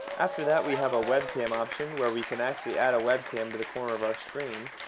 after that we have webcam option where we can actually add a webcam to the corner of our screen,